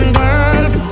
girls